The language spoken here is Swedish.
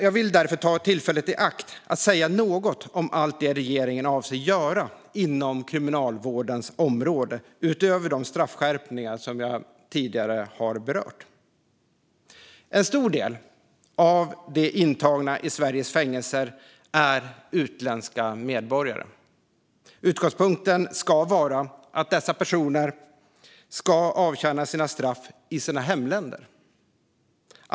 Jag vill därför ta tillfället i akt att säga något om allt det regeringen avser att göra inom Kriminalvårdens område, utöver de straffskärpningar som jag tidigare har berört. En stor del av de intagna i Sveriges fängelser är utländska medborgare. Utgångspunkten ska vara att dessa personer ska avtjäna sina straff i sina hemländer.